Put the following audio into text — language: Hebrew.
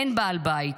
אין בעל בית,